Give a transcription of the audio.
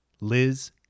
Liz